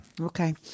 Okay